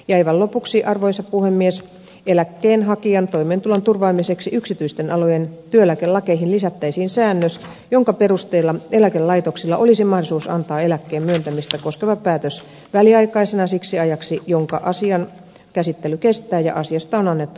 aivan lopuksi arvoisa puhemies eläkkeen hakijan toimeentulon turvaamiseksi yksityisten alojen työeläkelakeihin lisättäisiin säännös jonka perusteella eläkelaitoksilla olisi mahdollisuus antaa eläkkeen myöntämistä koskeva päätös väliaikaisena siksi ajaksi jonka asian käsittely kestää kunnes asiasta on annettu lopullinen päätös